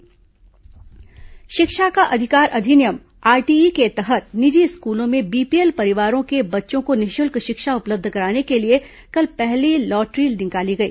RTE school प्रवेश शिक्षा का अधिकार अधिनियम आरटीई के तहत निजी स्कूलों में बीपीएल परिवारों के बच्चों को निःशुल्क शिक्षा उपलब्ध कराने के लिए कल पहली लॉट्ररी निकाली गई